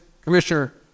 commissioner